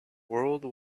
world